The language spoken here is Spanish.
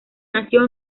nació